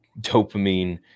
dopamine